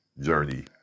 journey